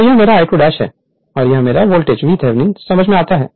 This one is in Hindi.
तो यह मेरा I2 है और यह मेरा वोल्टेज VThevenin समझ में आता है